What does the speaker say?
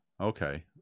Okay